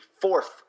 fourth